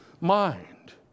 mind